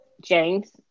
James